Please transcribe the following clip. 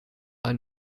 ein